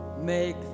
Make